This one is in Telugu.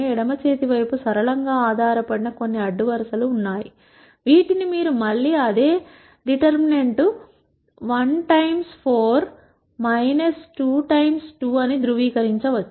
ఎడమ చేతి వైపు సరళంగా ఆధారపడిన కొన్ని అడ్డు వరుసలు ఉన్నాయి వీటిని మీరు మళ్ళీ అదే డిటర్మినెంట్ 1 times4 2 times 2 అని ధృవీకరించవచ్చు